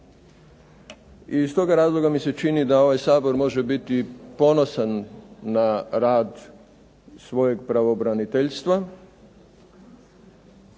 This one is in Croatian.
I iz toga razloga mi se čini da ovaj Sabor može biti ponosan na rad svojeg pravobraniteljstva,